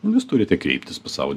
jūs turite kreiptis pas savo